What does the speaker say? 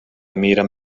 miren